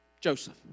Joseph